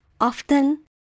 Often